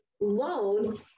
loan